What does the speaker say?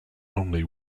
only